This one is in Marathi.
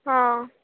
हां